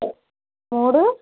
మూడు